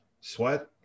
sweat